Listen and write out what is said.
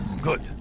Good